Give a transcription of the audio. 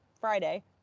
Friday